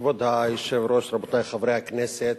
כבוד היושב-ראש, רבותי חברי הכנסת,